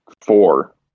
four